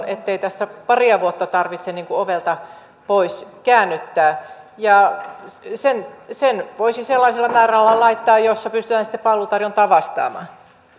ettei tässä paria vuotta tarvitse ovelta pois käännyttää sen sen voisi sellaisella määrärahalla laittaa kuntoon että pystytään sitten palveluntarjonnalla siihen vastaamaan